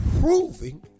Proving